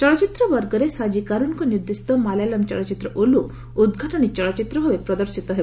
ଚଳଚ୍ଚିତ୍ର ବର୍ଗରେ ସାଜି କାର୍ନ୍ଙ୍କ ନିର୍ଦ୍ଦେଶିତ ମାଲାୟଲମ୍ ଚଳଚ୍ଚିତ୍ର 'ଓଲ୍କୁ' ଉଦ୍ଘାଟନୀ ଚଳଚ୍ଚିତ୍ର ଭାବେ ପ୍ରତିର୍ଶିତ ହେବ